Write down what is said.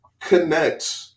connect